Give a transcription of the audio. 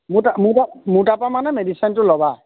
মোৰ তাৰ পৰা মোৰ তাৰ পৰা মানে মেডিচিনটো ল'বা